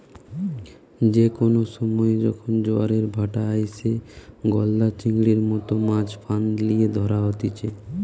যে কোনো সময়ে যখন জোয়ারের ভাঁটা আইসে, গলদা চিংড়ির মতো মাছ ফাঁদ লিয়ে ধরা হতিছে